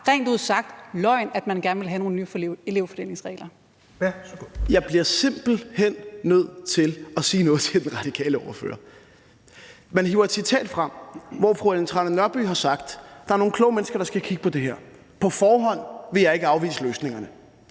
Helveg Petersen): Værsgo. Kl. 16:44 Morten Dahlin (V): Jeg bliver simpelt hen nødt til at sige noget til den radikale ordfører. Man hiver et citat frem, hvor fru Ellen Trane Nørby har sagt, at der er nogle kloge mennesker, der skal kigge på det her, og at hun på forhånd ikke vil afvise løsningerne.